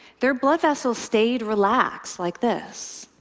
their blood vessels stayed relaxed like this.